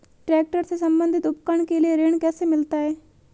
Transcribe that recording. Tractor से संबंधित उपकरण के लिए ऋण कैसे मिलता है?